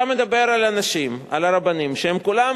אתה מדבר על הרבנים, שהם כולם